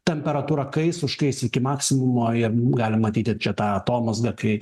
temperatūra kais užkais iki maksimumo ir galim matyti čia tą atomazgą kai